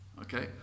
Okay